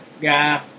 guy